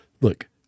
look